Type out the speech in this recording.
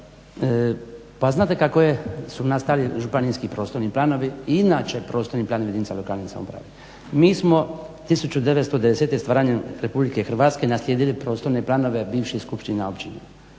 Pa znate kako su nastali županijski prostorni planovi i inače prostorni planovi jedinica lokalne samouprave. Mi smo 1990. stvaranjem RH naslijedili prostorne planove bivših skupština općina.